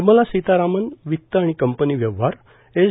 निर्मला सितारामन वित्त आणि कंपनी व्यवहार एस